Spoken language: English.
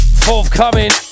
forthcoming